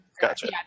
gotcha